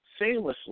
seamlessly